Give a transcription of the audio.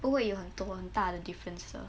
不会有很多很大的 difference 的